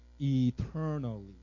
eternally